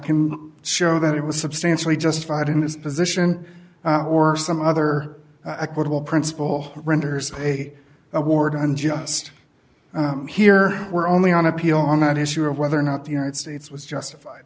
can show that it was substantially justified in its position or some other equitable principle renders a award unjust here were only on appeal on that issue of whether or not the united states was justified